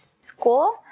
school